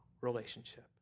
relationship